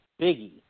Biggie